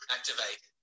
Activate